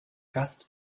gast